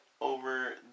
over